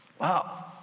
wow